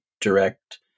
direct